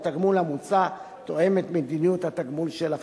והתגמול המוצע תואם את מדיניות התגמול של החברה.